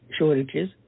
shortages